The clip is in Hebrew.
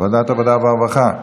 ועדת העבודה והרווחה?